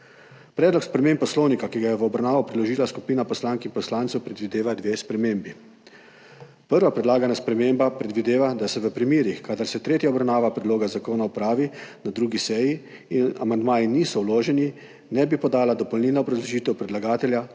Predlog sprememb Poslovnika, ki ga je v obravnavo predložila skupina poslank in poslancev, predvideva dve spremembi. Prva predlagana sprememba predvideva, da se v primerih, kadar se tretja obravnava predloga zakona opravi na drugi seji in amandmaji niso vloženi, ne bi podala dopolnilna obrazložitev predlagatelja